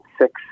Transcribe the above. six